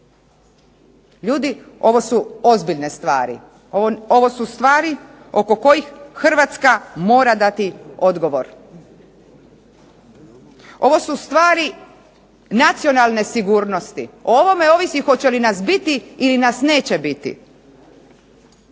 Ljudi ovo su ozbiljne stvari, ovo su stvari oko kojih Hrvatska mora dati odgovor. Ovo su stvari nacionalne sigurnosti, o ovome ovisi hoće li nas biti ili nas neće biti.